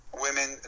Women